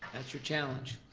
that's your challenge.